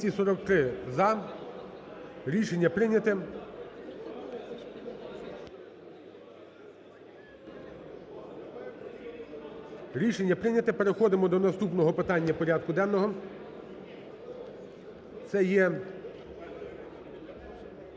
Закон прийнятий. Переходимо до наступного питання порядку денного. Це є